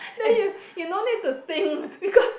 then you you no need to think because